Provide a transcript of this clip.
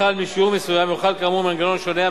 החל משיעור מסוים יוחל כאמור מנגנון שונה,